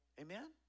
Amen